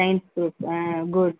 science group good